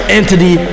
Entity